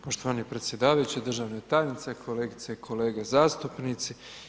Poštovani predsjedavajući, državna tajnice, kolegice i kolege zastupnici.